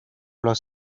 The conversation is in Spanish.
los